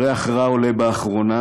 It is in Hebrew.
ריח רע עולה באחרונה,